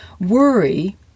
Worry